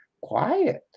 quiet